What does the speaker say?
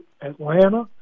Atlanta